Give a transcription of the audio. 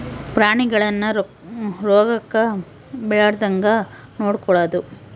ಪ್ರಾಣಿಗಳನ್ನ ರೋಗಕ್ಕ ಬಿಳಾರ್ದಂಗ ನೊಡಕೊಳದು